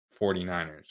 49ers